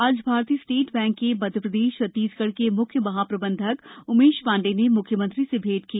आज भारतीय state bank के मध्यप्रदेश छत्तीसगढ़ के म्ख्य महाप्रबंधक उमेश पांडे ने म्ख्यमंत्री से भेंट की